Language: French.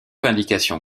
indication